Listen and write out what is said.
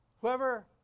whoever